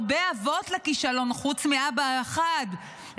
הרבה אבות לכישלון חוץ מאבא אחד,